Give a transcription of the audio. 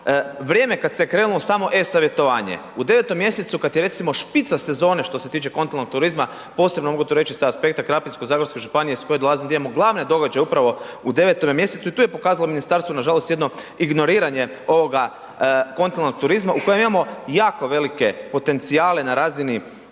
vrijeme kad se krenulo u samo e-savjetovanje, u 9 mjesecu, kad je recimo špica sezone što se tiče kontinentalnog turizma, posebno mogu to reći sa aspekta krapinsko-zagorske županije iz koje dolazim gdje imamo glavne događaje upravo u 9 mjesecu i tu je pokazalo ministarstvo nažalost jedno ignoriranje ovoga kontinentalnog turizma u kojem imamo jako velike potencijale na razini